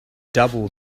double